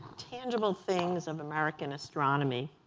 tangible things of american astronomy